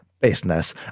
Business